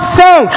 say